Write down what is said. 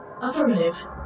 Affirmative